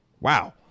wow